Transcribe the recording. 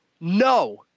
no